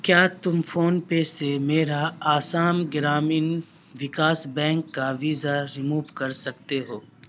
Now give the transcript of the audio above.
کیا تم فون پے سے میرا آسام گرامین وکاس بینک کا ویزا ریموو کر سکتے ہو